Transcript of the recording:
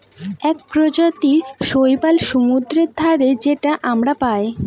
এক প্রজাতির শৈবাল সমুদ্রে থাকে যেটা আমরা পায়